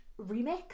remix